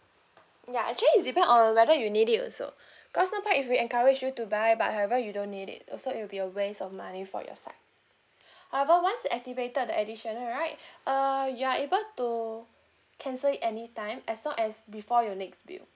ya actually it depends on whether you need it also cause now if we encourage you to buy but however you don't need it also it will be a waste of money for your side however once you activated the additional right uh you are able to cancel it any time as long as before your next bill